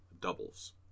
doubles